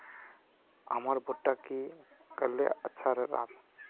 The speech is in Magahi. हमर भुट्टा की करले अच्छा राब?